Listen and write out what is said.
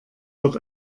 wird